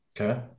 Okay